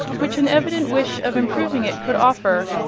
which an evident wish of improving it could offer.